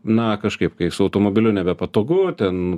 na kažkaip kai su automobiliu nebepatogu ten